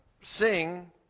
sing